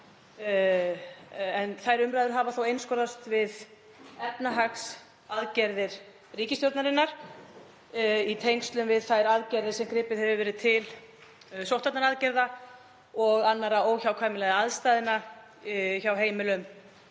en þær umræður hafa þó einskorðast við efnahagsaðgerðir ríkisstjórnarinnar í tengslum við þær aðgerðir sem gripið hefur verið til, sóttvarnaaðgerða og annarra aðgerða vegna óhjákvæmilegra aðstæðna hjá heimilum